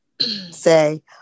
say